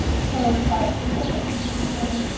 so by explicitly teaching